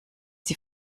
die